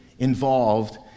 involved